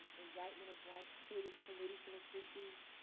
indictment of black political political officials.